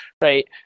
right